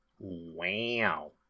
Wow